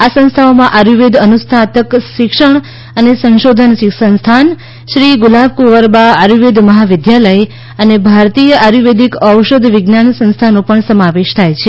આ સંસ્થાઓમાં આયુર્વેદ અનુસ્નાતક શિક્ષણ અને સંશોધન સંસ્થાન શ્રી ગુલાબકુંવરબા આયુર્વેદ મહાવિદ્યાલય અને ભારતીય આયુર્વેદિક ઔષધ વિજ્ઞાન સંસ્થાનો સમાવેશ થાય છે